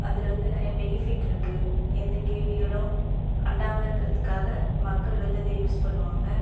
அதில் வந்து நிறைய பெனிஃபிட் இருக்குது எந்த கிருமிகளும் அண்டாமல் இருக்கிறதுக்காக மக்கள் வந்து அதை யூஸ் பண்ணுவாங்க